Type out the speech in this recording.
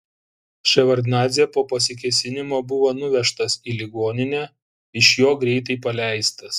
ševardnadzė po pasikėsinimo buvo nuvežtas į ligoninę iš jo greitai paleistas